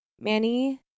Manny